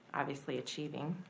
obviously achieving.